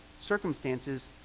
circumstances